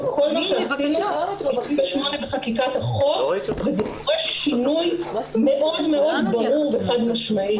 כל מה שעשינו עם חקיקת החוק וזה דורש שינוי מאוד מאוד ברור וחד משמעי.